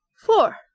Four